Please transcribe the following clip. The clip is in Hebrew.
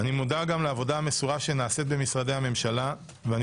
אני מודע גם לעבודה המסורה שנעשית במשרדי הממשלה ואני